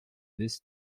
this